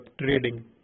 Trading